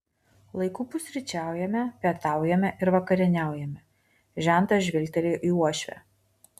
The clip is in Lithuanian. laiku pusryčiaujame pietaujame ir vakarieniaujame žentas žvilgtelėjo į uošvę